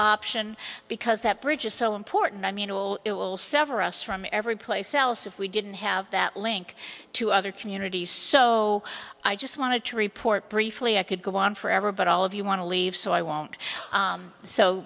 option because that bridge is so important i mean will it will sever us from everyplace else if we didn't have that link to other communities so i just wanted to report briefly i could go on forever but all of you want to leave so i won't